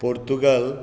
Portugal